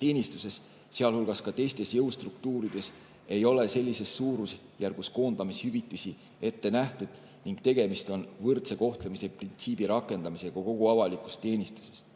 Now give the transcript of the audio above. teenistuses, sealhulgas ka teistes jõustruktuurides ei ole sellises suurusjärgus koondamishüvitisi ette nähtud ning tegemist on võrdse kohtlemise printsiibi rakendamisega kogu avalikus teenistuses.